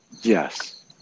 Yes